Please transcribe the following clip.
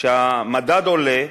כשהמדד עולה,